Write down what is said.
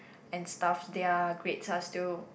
and stuffs their grades are still